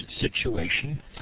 situation